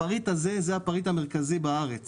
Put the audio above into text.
הפריט הזה, זה הפריט המרכזי בארץ